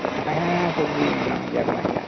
ᱦᱮᱸ ᱦᱮᱸ ᱥᱚᱵᱡᱤ ᱢᱮᱱᱟᱜ ᱜᱮᱭᱟ ᱢᱮᱱᱟᱜ ᱜᱮᱭᱟ